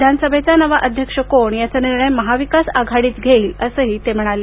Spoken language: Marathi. विधानसभेचा नवा अध्यक्ष कोण याचा निर्णय महाविकास आघाडीच घेईल असंही ते म्हणाले